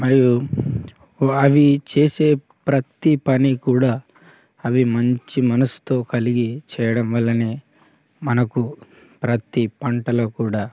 మరియు వావి చేసే ప్రతి పని కూడా అవి మంచి మనసుతో కలిగి చేయడం వల్లనే మనకు ప్రతి పంటలో కూడా